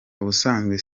ubusanzwe